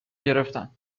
گرفتن